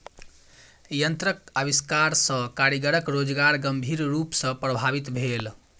यंत्रक आविष्कार सॅ कारीगरक रोजगार गंभीर रूप सॅ प्रभावित भेल